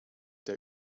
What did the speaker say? der